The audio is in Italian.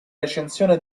recensione